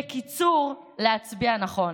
בקיצור, להצביע נכון.